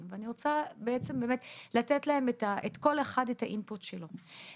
ואני מבקשת לתת לכל אחד את האינפוט שלו.